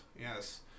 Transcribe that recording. yes